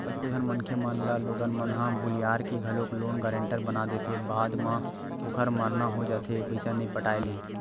कतको झन मनखे मन ल लोगन मन ह भुलियार के घलोक लोन गारेंटर बना देथे बाद म ओखर मरना हो जाथे पइसा नइ पटाय ले